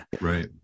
Right